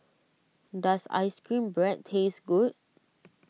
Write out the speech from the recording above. does Ice Cream Bread taste good